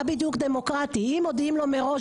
מה בדיוק דמוקרטי אם מודיעים לו מראש,